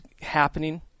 happening